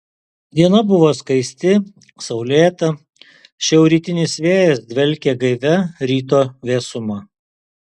diena buvo skaisti saulėta šiaurrytinis vėjas dvelkė gaivia ryto vėsuma